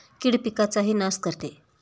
कीड पिकाचाही नाश करते